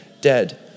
dead